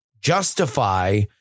Justify